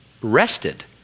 rested